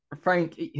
Frank